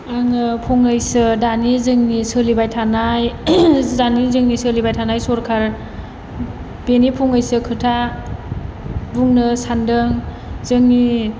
आङो फंनैसो दानि जोंनि सोलिबाय थानाय दानि जोंनि सोलिबाय थानाय सरखार बेनि फंनैसो खोथा बुंनो सान्दों जोंनि